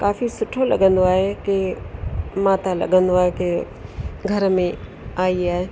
काफ़ी सुठो लॻंदो आहे की माता लॻंदो आहे की घर में आई आहे